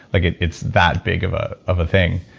like and it's that big of ah of a thing.